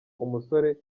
umusore